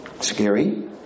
scary